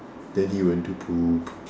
daddy want to poop